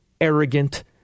arrogant